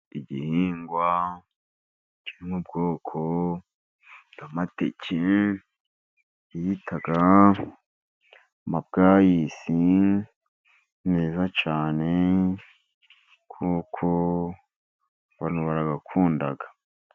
Igihingwa cyo mu bwoko bw'amateke bita amabwayisi ni meza cyane, kuko abantu barayakunda.